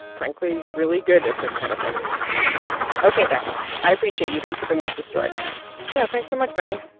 frankly, really good at this kind of thing ok, becky, i appreciate you. thanks for bringing us this story yeah, thanks so much, maddie